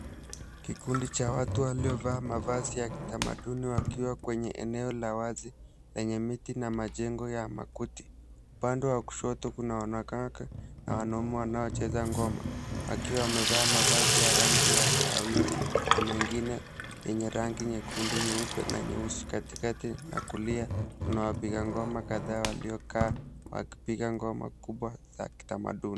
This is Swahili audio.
Kikundi cha watu waliovaa mavazi ya kitamaduni wakiwa kwenye eneo la wazi lenye miti na majengo ya makuti. Upande wa kushoto kuna wanakaka na wanaume wanao cheza ngoma, wakiwa wamevaa mavazi ya rangi ya kahawia na mengine yenye rangi nyekundu, nyeupe na nyeusi katikati na kulia kuna wapiga ngoma waliokaa wakipiga ngoma za kubwa za kitamaduni.